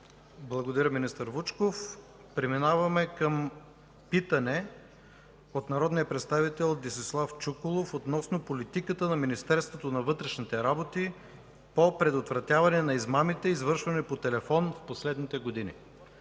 Благодаря, министър Вучков. Преминаваме към питане от народния представител Десислав Чуколов относно политиката на Министерството на вътрешните работи по предотвратяване на измамите, извършвани по телефон в последните години.